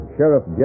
Sheriff